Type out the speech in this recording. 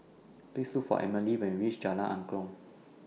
Please Look For Amelie when YOU REACH Jalan Angklong